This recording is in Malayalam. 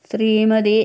ശ്രീമതി